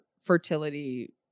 fertility